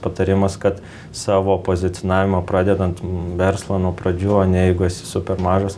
patarimas kad savo pozicionavimo pradedant verslą nuo pradžių ane jeigu esi super mažas